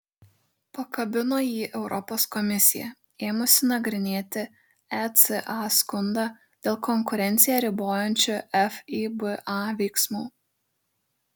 pakabino jį europos komisija ėmusi nagrinėti eca skundą dėl konkurenciją ribojančių fiba veiksmų